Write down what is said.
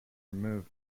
removed